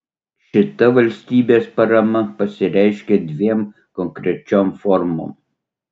šita valstybės parama pasireiškia dviem konkrečiom formom